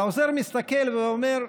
העוזר מסתכל ואומר: